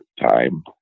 time